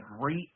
great